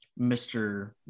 Mr